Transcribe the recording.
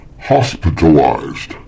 hospitalized